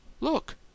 Look